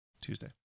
Tuesday